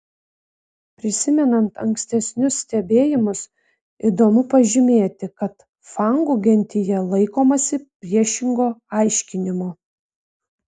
prisimenant ankstesnius stebėjimus įdomu pažymėti kad fangų gentyje laikomasi priešingo aiškinimo